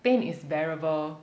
pain is bearable